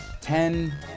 ten